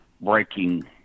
breaking